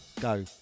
go